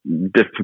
difficult